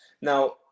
now